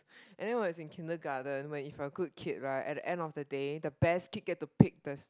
and then when I was in Kindergarten when if a good kid right at the end of the day the best kid get to pick this